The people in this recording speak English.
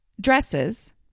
dresses